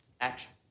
Action